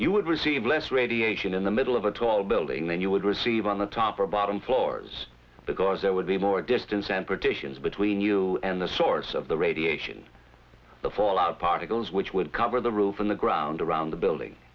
you would receive less radiation in the middle of a tall building then you would receive on the top or bottom floors because there would be more distance and partitions between you and the source of the radiation the fallout of particles which would cover the roof on the ground around the building